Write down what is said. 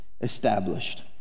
established